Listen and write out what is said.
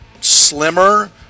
slimmer